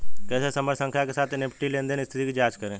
कैसे संदर्भ संख्या के साथ एन.ई.एफ.टी लेनदेन स्थिति की जांच करें?